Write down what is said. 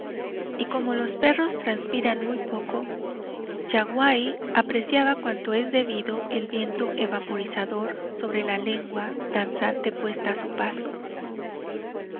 y como los perros transpiran muy poco yaguaí apreciaba cuanto es debido el viento evaporizador sobre la lengua danzante puesta a su paso